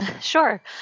Sure